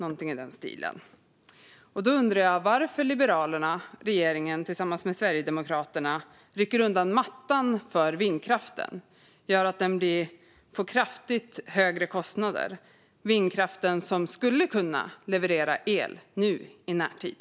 Jag undrar varför Liberalerna och regeringen tillsammans med Sverigedemokraterna rycker undan mattan för vindkraften och gör att den får kraftigt höjda kostnader. Vindkraften skulle ju kunna leverera el i närtid.